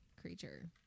creature